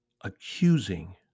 Accusing